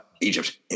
Egypt